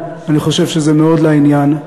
אני חושב שזה מאוד לעניין.